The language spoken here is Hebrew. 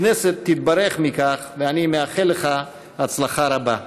הכנסת תתברך בכך, ואני מאחל לך הצלחה רבה.